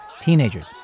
teenagers